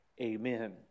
amen